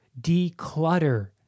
declutter